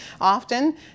often